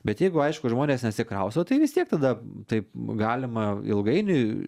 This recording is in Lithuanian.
bet jeigu aišku žmonės nesikrausto tai vis tiek tada taip galima ilgainiui